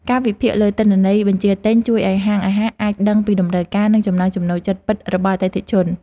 ការវិភាគលើទិន្នន័យបញ្ជាទិញជួយឱ្យហាងអាហារអាចដឹងពីតម្រូវការ និងចំណង់ចំណូលចិត្តពិតរបស់អតិថិជន។